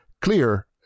clear